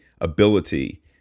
ability